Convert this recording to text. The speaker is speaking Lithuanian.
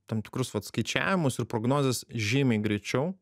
tam tikrus vat skaičiavimus ir prognozes žymiai greičiau